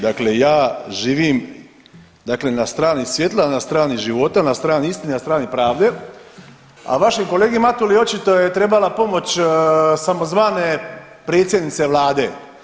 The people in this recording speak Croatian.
Dakle, ja živim na strani svjetla, na strani života, na strani istine, na strani pravde, a vašem kolegi Matuli očito je trebala pomoć samozvane predsjednice vlade.